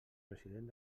president